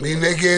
אושרה.